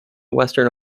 western